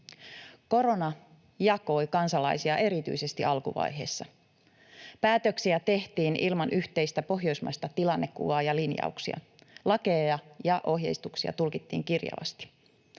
Korona jakoi kansalaisia erityisesti alkuvaiheessa. Päätöksiä tehtiin ilman yhteistä pohjoismaista tilannekuvaa ja linjauksia. Lakeja ja ohjeistuksia tulkittiin kirjavasti.